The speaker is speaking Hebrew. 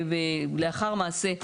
לאחר מעשה,